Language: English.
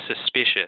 suspicious